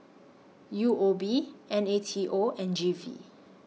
U O B N A T O and G V